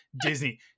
disney